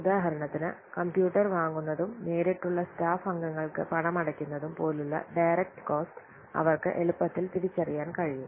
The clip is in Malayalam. ഉദാഹരണത്തിന് കമ്പ്യൂട്ടർ വാങ്ങുന്നതും നേരിട്ടുള്ള സ്റ്റാഫ് അംഗങ്ങൾക്ക് പണമടയ്ക്കുന്നതും പോലുള്ള ഡയറക്റ്റ് കോസ്റ്റ് അവർക്ക് എളുപ്പത്തിൽ തിരിച്ചറിയാൻ കഴിയും